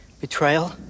Betrayal